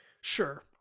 sure